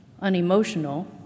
unemotional